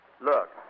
Look